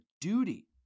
duty